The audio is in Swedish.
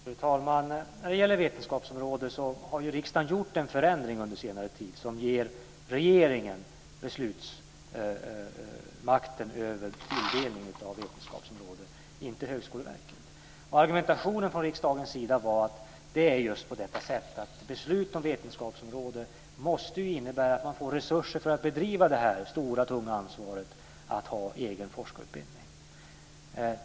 Fru talman! När det gäller vetenskapsområden har ju riksdagen under senare tid gjort en förändring som ger regeringen och inte Högskoleverket beslutsmakten över tilldelningen av vetenskapsområden. Argumentationen från riksdagens sida var att beslut om vetenskapsområden ju måste innebära att det också ges resurser, eftersom det innebär ett stort och tungt ansvar att bedriva egen forskarutbildning.